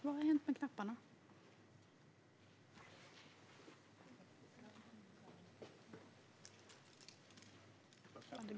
Fru talman!